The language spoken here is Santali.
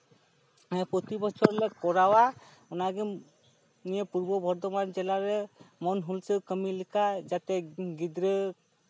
ᱮᱸᱜ ᱯᱨᱚᱛᱤ ᱵᱚᱪᱷᱚᱨ ᱞᱮ ᱠᱚᱨᱟᱣᱟ ᱚᱱᱟᱜᱮ ᱱᱤᱭᱟᱹ ᱯᱩᱨᱵᱚ ᱵᱚᱨᱫᱷᱚᱢᱟᱱ ᱡᱮᱞᱟ ᱨᱮ ᱢᱚᱱ ᱦᱩᱞᱥᱟᱹᱭ ᱠᱟᱹᱢᱤ ᱞᱮᱠᱟ ᱡᱟᱛᱮ ᱜᱤᱫᱽᱨᱟᱹ